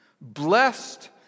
blessed